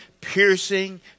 piercing